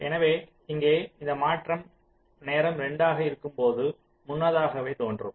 எனவே இங்கே இந்த மாற்றம் நேரம் 2 ஆக இருக்கும் போது முன்னதாகவே தோன்றும்